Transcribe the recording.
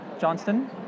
Johnston